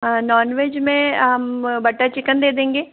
non veg में butter chicken दे देंगे